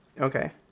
Okay